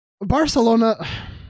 Barcelona